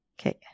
Okay